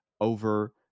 over